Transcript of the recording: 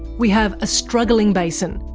we have a struggling basin,